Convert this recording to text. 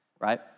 Right